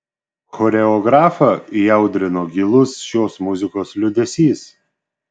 choreografą įaudrino gilus šios muzikos liūdesys